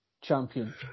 champion